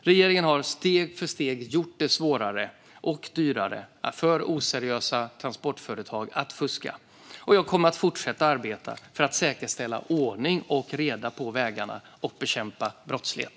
Regeringen har steg för steg gjort det svårare och dyrare för oseriösa transportföretag att fuska. Jag kommer att fortsätta att arbeta för att säkerställa ordning och reda på vägarna och bekämpa brottslighet.